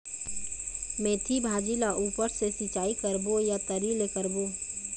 मेंथी भाजी ला ऊपर से सिचाई करबो या तरी से करबो?